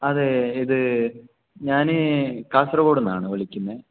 അതെ ഇത് ഞാൻ കാസർഗോഡ്ന്നാണ് വിളിക്കുന്നത്